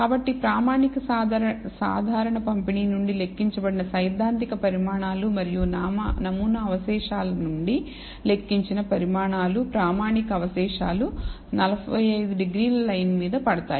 కాబట్టి ప్రామాణిక సాధారణ పంపిణీ నుండి లెక్కించబడిన సైద్ధాంతిక పరిమాణాలు మరియు నమూనా అవశేషాల నుండి లెక్కించిన పరిమాణాలు ప్రామాణిక అవశేషాలు 45 డిగ్రీల లైన్ మీద పడతాయి